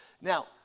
Now